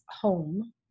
home